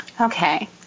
Okay